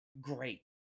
great